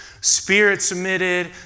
spirit-submitted